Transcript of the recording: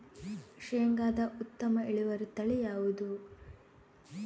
ಶೇಂಗಾದ ಉತ್ತಮ ಇಳುವರಿ ತಳಿ ಯಾವುದು?